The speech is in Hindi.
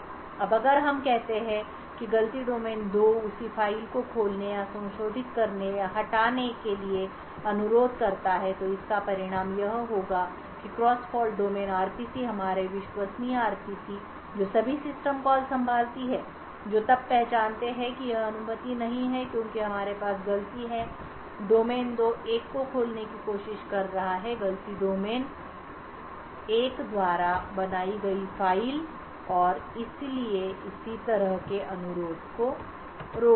अब अगर हम कहते हैं कि एक गलती डोमेन 2 उसी फ़ाइल को खोलने या संशोधित करने या हटाने के लिए अनुरोध करता है तो इसका परिणाम यह होगा कि क्रॉस फ़ॉल्ट डोमेन RPC हमारे विश्वसनीय RPC जो सभी सिस्टम कॉल संभालती है जो तब पहचानते हैं कि यह अनुमति नहीं है क्योंकि हमारे पास गलती है डोमेन 2एकको खोलने की कोशिश कर रहा है गलती डोमेन 1 द्वारा बनाई गई फ़ाइलऔर इसलिए यह इस तरह के अनुरोध को रोक देगा